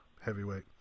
heavyweight